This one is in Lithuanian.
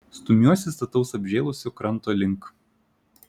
stumiuosi stataus apžėlusio kranto link